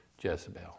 Jezebel